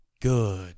good